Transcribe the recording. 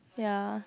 ya